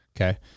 Okay